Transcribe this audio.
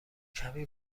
کمی